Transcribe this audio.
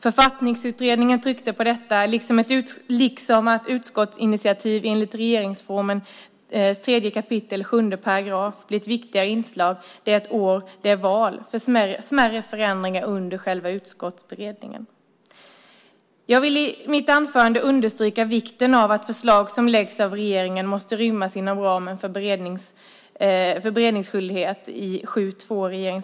Författningsutredningen tryckte på detta, liksom att utskottsinitiativ, enligt regeringsformens 3 kap. 7 §, blir ett viktigare inslag det år det är val för smärre förändringar under själva utskottsberedningen. Jag vill i mitt anförande understryka vikten av att förslag som läggs fram av regeringen måste rymmas inom ramen för beredningsskyldighet enligt regeringsformens 7 kap. 2 §.